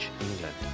England